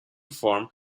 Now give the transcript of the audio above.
form